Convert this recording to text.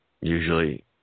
Usually